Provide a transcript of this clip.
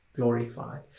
Glorified